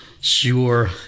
Sure